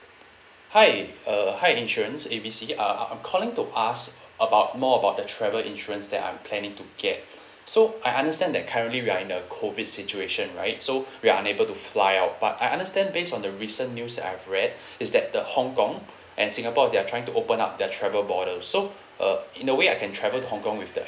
hi uh hi insurance A B C uh I'm calling to ask about more about the travel insurance that I'm planning to get so I understand that currently we are in a COVID situation right so we are unable to fly out but I understand based on the recent news that I've read is that the hong kong and singapore they're trying to open up their travel bother so uh in a way I can travel to hong kong with the